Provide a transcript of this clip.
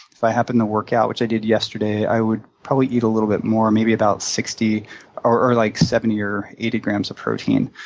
if i happen to work out, which i did yesterday, i would probably eat a little bit more, maybe about sixty or like seventy or eighty grams of protein.